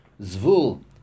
Zvul